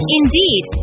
indeed